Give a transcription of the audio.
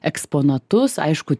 eksponatus aišku